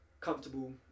comfortable